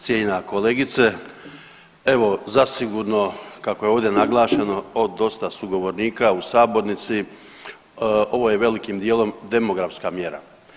Cijenjena kolegice, evo zasigurno kako je ovdje naglašeno od dosta sugovornika u sabornici, ovo je velikim djelom demografska mjera.